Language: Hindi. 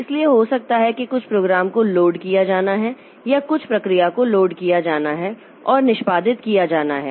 इसलिए हो सकता है कि कुछ प्रोग्राम को लोड किया जाना है या कुछ प्रक्रिया को लोड किया जाना है और निष्पादित किया जाना है